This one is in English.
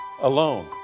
alone